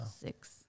Six